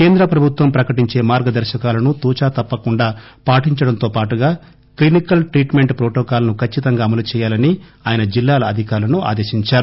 కేంద్ర ప్రభుత్వం ప్రకటించే మార్గదర్శకాలను తూచా తప్పక పాటించడంతో పాటుగా క్లినికల్ ట్రీట్మెంట్ ప్రోటోకాల్ను ఖచ్చితంగా అమలు చేయాలని ఆయన జిల్లాల అధికారులను ఆదేశించారు